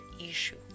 issue